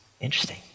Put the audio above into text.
Interesting